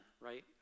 right